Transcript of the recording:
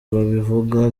babivuga